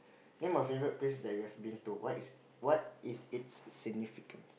name a favorite place that you have been to what is what is it's significance